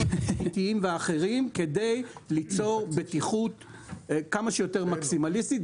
התשתיתיים והאחרים כדי ליצור בטיחות כמה שיותר מקסימליסטית.